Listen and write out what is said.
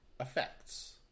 Effects